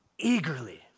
eagerly